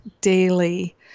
daily